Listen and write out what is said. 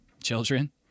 Children